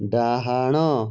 ଡ଼ାହାଣ